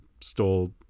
stole